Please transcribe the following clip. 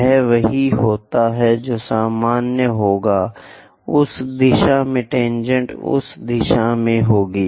यहाँ वही होता है जो सामान्य होगा उस दिशा में टेनजेंट उस दिशा में होगी